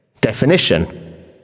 Definition